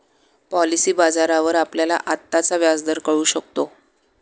policy बाजारावर आपल्याला आत्ताचा व्याजदर कळू शकतो